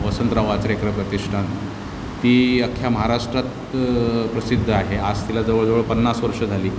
वसंतराव आचरेकर प्रतिष्ठान ती अख्ख्या महाराष्ट्रात प्रसिद्ध आहे आज तिला जवळ जवळ पन्नास वर्षं झाली